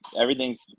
everything's